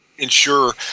ensure